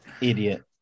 idiot